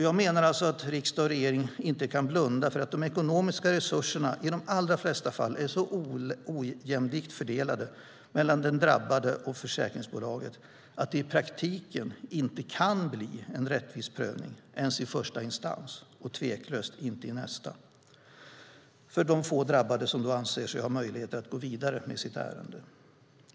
Jag menar att riksdag och regering inte kan blunda för att de ekonomiska resurserna i de allra flesta fall är så ojämlikt fördelade mellan den drabbade och försäkringsbolaget att det i praktiken inte kan bli en rättvis prövning ens i första instans och tveklöst inte i nästa för de få drabbade som anser sig ha möjlighet att gå vidare med sitt ärende.